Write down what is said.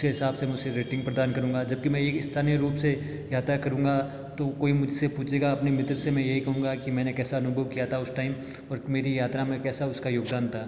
उसके हिसाब से मैं उसे रेटिंग प्रदान करूंगा जबकि मैं एक स्थानिय रूप से यात्रा करूंगा तो कोई मुझसे पूछेगा अपने मित्र से मैं यही कहूँगा कि मैंने कैसा अनुभव किया था उस टाइम और मेरी यात्रा में कैसा उसका योगदान था